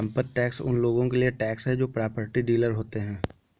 संपत्ति टैक्स उन लोगों के लिए टैक्स है जो प्रॉपर्टी डीलर होते हैं